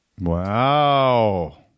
wow